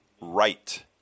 right